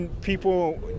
people